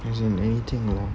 as in anything lah